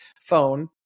phone